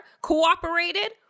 cooperated